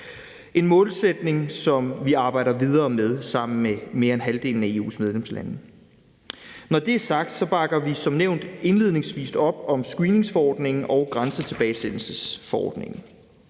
en målsætning, som vi arbejder videre med sammen med mere end halvdelen af EU's medlemslande. Når det er sagt, bakker vi som nævnt indledningsvis op om screeningforordningen og grænsetilbagesendelsesforordningen,